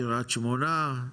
בקרית שמונה,